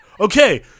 Okay